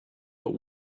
but